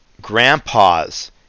grandpa's